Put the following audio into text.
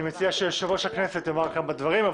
אני מציע שיושב-ראש הכנסת יאמר כמה דברים.